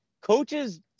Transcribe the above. coaches